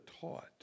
taught